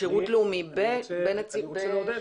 אני רוצה לעודד